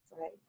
right